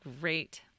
great